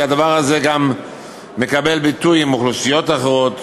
כי הדבר הזה גם מקבל ביטוי באוכלוסיות אחרות,